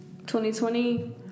2020